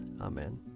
Amen